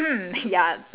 are you okay with that